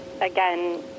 again